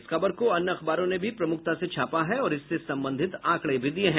इस खबर को अन्य अखबारों ने भी प्रमुखता से छापा है और इससे संबंधित आंकड़े भी दिये हैं